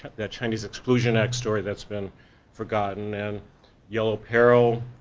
that chinese exclusion act story that's been forgotten and yellow peril,